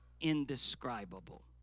indescribable